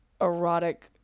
erotic